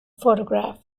photograph